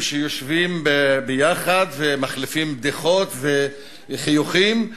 שיושבים ביחד ומחליפים בדיחות וחיוכים.